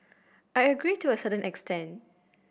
I agree to a certain extent